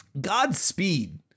Godspeed